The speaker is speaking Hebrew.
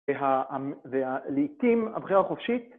ולעיתים הבחירה החופשית.